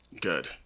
Good